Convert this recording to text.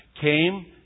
came